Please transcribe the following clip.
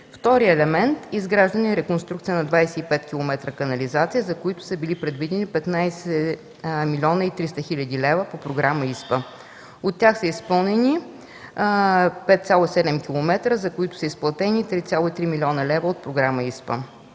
Вторият елемент е изграждане и реконструкция на 25 километра канализация, за които са били предвидени 15 млн. 300 хил. лв. по Програма ИСПА. От тях са изпълнени 5,7 километра, за които са изплатени 3,3 млн. лв. от Програма ИСПА.